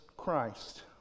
christ